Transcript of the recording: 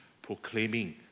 proclaiming